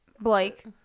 Blake